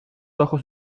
ojos